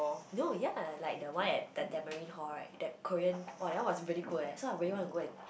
no yea like that one at the Tamarind-Hall right that Korean !wah! that one was really good leh so I really go and